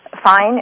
fine